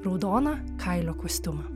raudoną kailio kostiumą